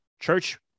church